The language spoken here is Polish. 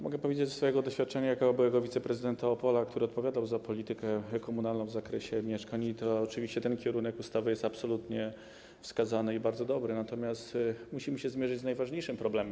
Mogę powiedzieć ze swojego doświadczenia jako byłego wiceprezydenta Opola, który odpowiadał za politykę komunalną w zakresie mieszkań, że oczywiście ten kierunek ustawy jest absolutnie wskazany i bardzo dobry, natomiast musimy się zmierzyć z najważniejszym problemem.